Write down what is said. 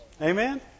Amen